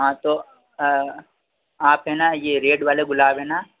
हाँ तो आप है ना यह रेड वाले गुलाब है ना